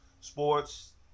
sports